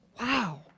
Wow